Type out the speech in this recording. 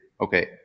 okay